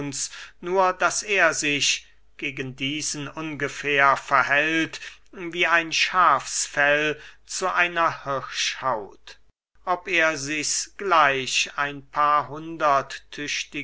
nur daß er sich gegen diesen ungefähr verhält wie ein schafsfell zu einer hirschhaut ob er sichs gleich ein paar hundert